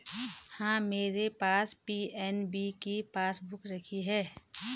हाँ, मेरे पास पी.एन.बी की पासबुक रखी है